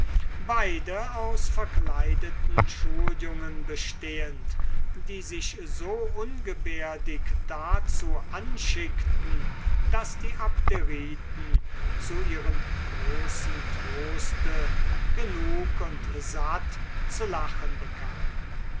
beide aus verkleideten schuljungen bestehend die sich so ungebärdig dazu anschickten daß die abderiten zu ihrem großen troste genug und satt zu lachen bekamen